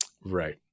Right